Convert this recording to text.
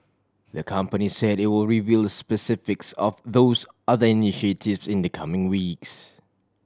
the company said they were reveal specifics of those other initiatives in the coming weeks